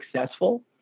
successful